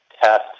test